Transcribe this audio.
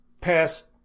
past